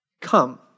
come